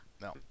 No